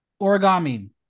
origami